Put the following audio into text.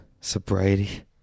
sobriety